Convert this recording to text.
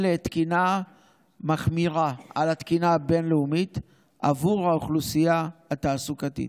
תקינה מחמירה על התקינה הבין-לאומית עבור האוכלוסייה התעסוקתית,